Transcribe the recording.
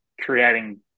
creating